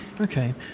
okay